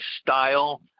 style